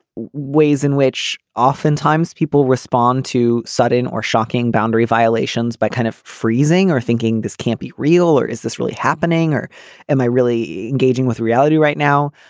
ways in which oftentimes people respond to sudden or shocking boundary violations by kind of freezing or thinking this can't be real or is this really happening or am i really engaging with reality right now.